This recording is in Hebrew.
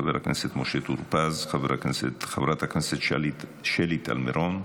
חבר הכנסת משה טור פה, חברת הכנסת שלי טל מירון,